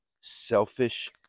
selfish